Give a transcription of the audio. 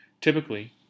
Typically